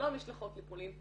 לא משלחות לפולין,